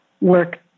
work